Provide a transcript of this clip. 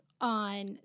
on